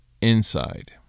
inside